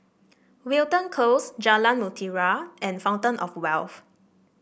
Wilton Close Jalan Mutiara and Fountain Of Wealth